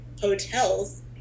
hotels